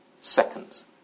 seconds